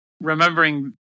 remembering